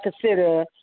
consider